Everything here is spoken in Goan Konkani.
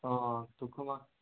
आं तुक मा